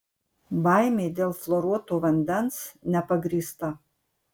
baimė dėl fluoruoto vandens nepagrįsta